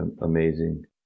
amazing